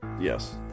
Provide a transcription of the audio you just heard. Yes